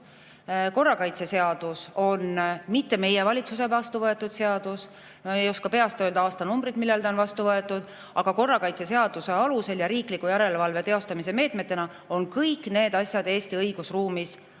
Korrakaitseseadus ei ole meie valitsuse vastuvõetud seadus. Ei oska küll peast öelda aastanumbrit, millal see on vastu võetud, aga korrakaitseseaduse alusel ja riikliku järelevalve teostamise meetmetena on kõik need asjad Eesti õigusruumis